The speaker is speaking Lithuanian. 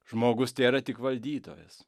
žmogus tėra tik valdytojas